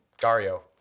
Dario